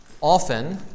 often